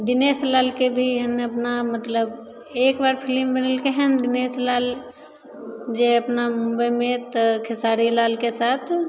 दिनेश लालके भी अपना हँ मतलब एकबार फिलिम बनेलकै हँ दिनेश लाल जे अपना बम्बइमे तऽ खेसारी लालके साथ